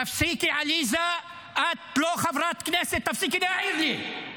תפסיקי, עליזה, את לא חברת כנסת, תפסיקי להעיר לי.